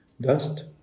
Dust